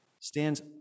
stands